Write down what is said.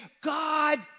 God